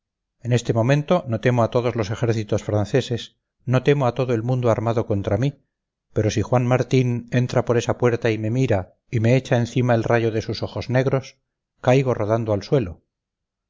en este momento no temo a todos los ejércitos franceses no temo a todo el mundo armado contra mí pero si juan martín entra por esa puerta y me mira y me echa encima el rayo de sus ojos negros caigo rodando al suelo